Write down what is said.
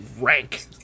rank